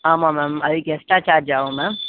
ஆமாம் மேம் அதுக்கு extra charge ஆவும் மேம்